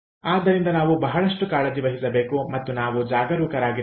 ಆದ್ದರಿಂದ ನಾವು ಬಹಳಷ್ಟು ಕಾಳಜಿ ವಹಿಸಬೇಕು ಮತ್ತು ನಾವು ಜಾಗರೂಕರಾಗಿರಬೇಕು